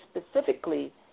specifically